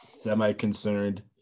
semi-concerned